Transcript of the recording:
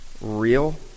real